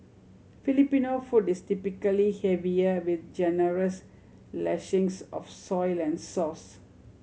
Filipino food is typically heavier with generous lashings of soy and sauce